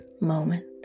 moment